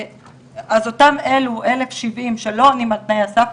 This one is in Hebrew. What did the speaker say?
אז אותם אלו 1,070 שלא עונים על תנאי הסף,